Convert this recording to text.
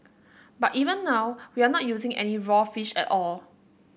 but even now we are not using any raw fish at all